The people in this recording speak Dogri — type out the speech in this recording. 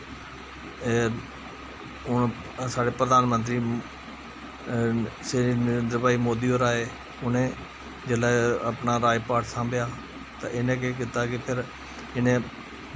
एह् हून साढ़े प्रधानमंत्री श्री नरेंद्र भाई मोदी होर आए उ'नैं जिसलै अपना राज़पाठ सांभेआ ते इ'नैं केह् कीता कि फिर